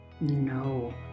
No